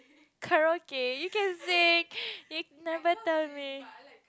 karaoke you can say you never tell me